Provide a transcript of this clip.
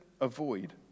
avoid